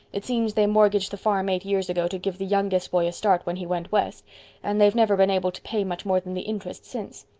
it seems they mortgaged the farm eight years ago to give the youngest boy a start when he went west and they've never been able to pay much more than the interest since.